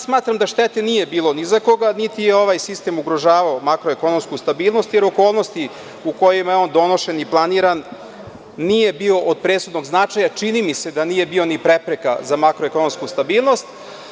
Smatram da štete nije bilo ni za koga, niti je ovaj sistem ugrožavao makroekonomsku stabilnost, jer u okolnostima u kojima je on donošen i planiran nije bio od presudnog značaja, a čini mi se da nije bio ni prepreka za makroekonomsku stabilnost.